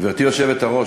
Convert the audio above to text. גברתי היושבת-ראש,